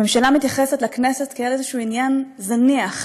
הממשלה מתייחסת לכנסת כאל איזשהו עניין זניח,